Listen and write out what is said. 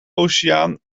oceaan